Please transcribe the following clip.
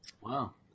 Wow